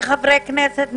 כחברי כנסת,